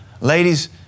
ladies